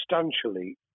substantially